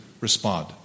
respond